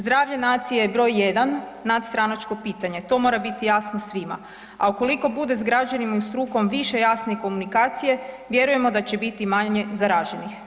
Zdravlje nacije je broj jedan, nadstranačko pitanje, to mora biti jasno svima, a ukoliko bude s građanima i strukom više jasne komunikacije vjerujemo da će biti manje zaraženih.